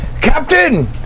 Captain